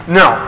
no